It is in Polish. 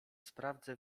sprawdzę